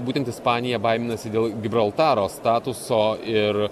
būtent ispanija baiminasi dėl gibraltaro statuso ir